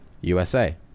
USA